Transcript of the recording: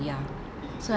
ya so I